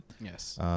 Yes